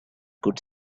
could